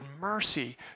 mercy